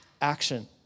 action